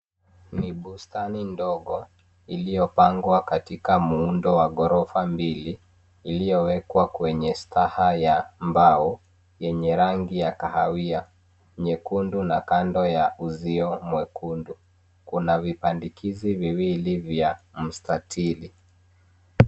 Ni bustani ndogo iliyopangwa katika muundo wa ghorofa mbili, iliyowekwa kwenye staha ya mbao yenye rangi ya kahawia, nyekundu, na kando ya uzio mwekundu. Kuna vipandikizi viwili vya mstatili.